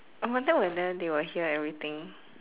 I wonder whether they will hear everything